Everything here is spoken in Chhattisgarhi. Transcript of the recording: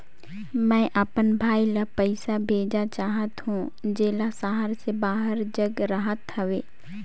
मैं अपन भाई ल पइसा भेजा चाहत हों, जेला शहर से बाहर जग रहत हवे